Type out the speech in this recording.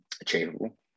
achievable